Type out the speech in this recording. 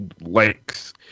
likes